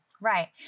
Right